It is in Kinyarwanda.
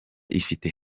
ifite